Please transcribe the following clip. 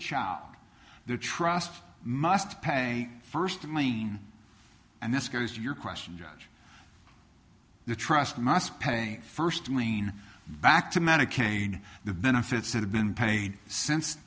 chow the trust must pay first in line and this goes to your question judge the trust must pay first marine back to medicaid in the benefits that have been paid since